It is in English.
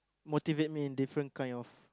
motivate me in different kind of